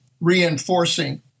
reinforcing